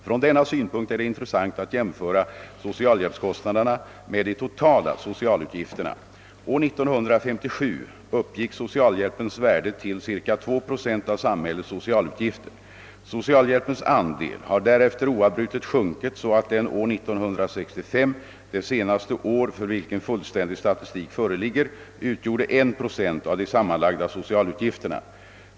Från denna synpunkt är det intressant att jämföra socialhjälpskostnaderna med de totala socialutgifterna. År 1957 uppgick socialhjälpens värde till cirka 2 procent av samhällets socialutgifter. Socialhjälpens andel har därefter oavbrutet sjunkit, så att den år 1965 — det senaste år för vilket fullständig statistik föreligger — utgjorde 1 procent av de sammanlagda socialutgifterna.